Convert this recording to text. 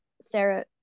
Sarah